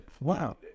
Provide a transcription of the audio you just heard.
Wow